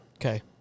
Okay